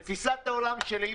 בתפיסת העולם שלי,